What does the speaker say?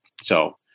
So-